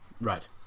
Right